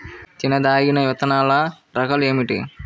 తినదగిన విత్తనాల రకాలు ఏమిటి?